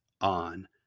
on